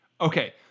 okay